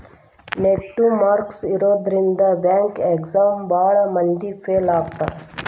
negative marks ಇರೋದ್ರಿಂದ bank exam ಭಾಳ್ ಮಂದಿ ಫೇಲ್ ಆಗ್ತಾರಾ